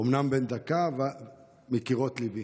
אומנם בן דקה, אבל מקירות ליבי.